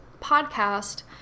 podcast